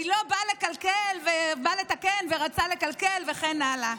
והיא לא באה לקלקל, בא לתקן ויצא מקלקל וכן הלאה.